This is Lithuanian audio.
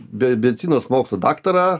bebecinos mokslų daktarą